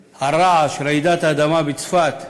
הרעש, רעידת האדמה בצפת,